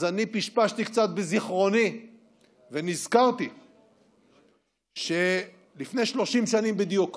אז אני פשפשתי קצת בזיכרוני ונזכרתי שלפני 30 שנים בדיוק,